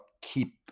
keep